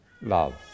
love